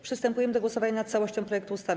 Przystępujemy do głosowania nad całością projektu ustawy.